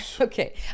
Okay